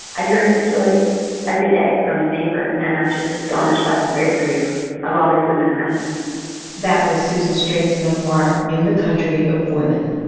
i hear a new story every day from a neighbor, and i'm just astonished by the bravery of all these women around me that was susan straight's memoir in the country of women.